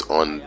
on